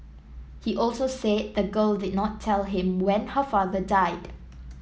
he also said the girl did not tell him when her father died